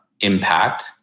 impact